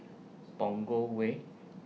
Punggol Way